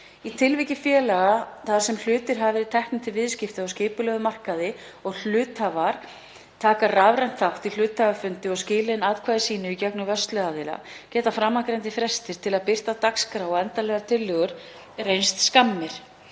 Í tilviki félaga þar sem hlutir hafa verið teknir til viðskipta á skipulegum markaði og hluthafar taka rafrænt þátt í hluthafafundi og skila inn atkvæði sínu í gegnum vörsluaðila geta framangreindir frestir til að birta dagskrá og endanlegar tillögur reynst skammir.